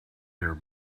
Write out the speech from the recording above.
their